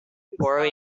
poorly